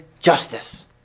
justice